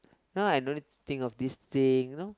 now I no need to think of this thing you know